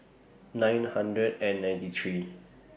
nine hundred and ninety three